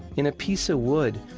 in a piece of wood,